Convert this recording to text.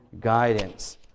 guidance